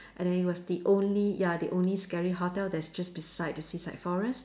and then it was the only ya the only scary hotel that's just beside the suicide forest